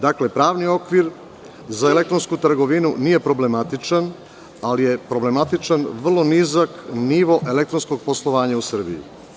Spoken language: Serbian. Dakle, pravni okvir za elektronsku trgovinu nije problematičan, ali je problematičan vrlo nizak nivo elektronskog poslovanja u Srbiji.